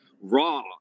raw